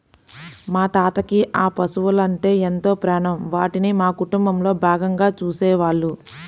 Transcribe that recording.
మా తాతకి ఆ పశువలంటే ఎంతో ప్రాణం, వాటిని మా కుటుంబంలో భాగంగా చూసేవాళ్ళు